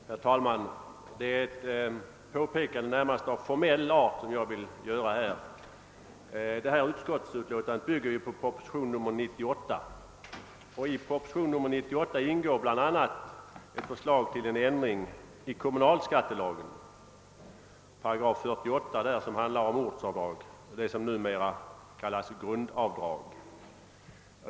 Herr talman! Jag vill göra ett på pekande som närmast är av formell art: Detta utskottsbetänkande bygger på proposition nr 98, och i denna proposition ingår bl.a. ett förslag om ändring i kommunalskattelagen 48 8, som handlar om ortsavdrag — det som numera skall kallas grundavdrag.